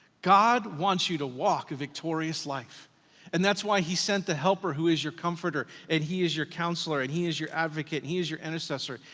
god wants you to walk a victorious life and that's why he sent the helper who is your comforter and he is your counselor, and he is your advocate, and he is your intercessor,